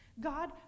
God